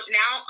now